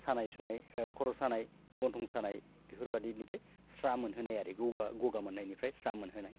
सानाय सुनाय खर' सानाय गन्थं सानाय बेफोरबादिनिफ्राय स्रा मोनहोनाय आरो गगा मोननायनिफ्राय स्रा मोनहोनाय